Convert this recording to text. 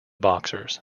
boxers